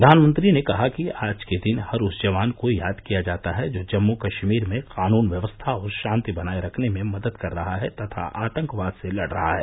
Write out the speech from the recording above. प्रधानमंत्री ने कहा कि आज के दिन हर उस जवान को याद किया जाता है जो जम्मू कश्मीर में कानून व्यवस्था और शांति बनाये रखने में मदद कर रहा है तथा आतंकवाद से लड़ रहा है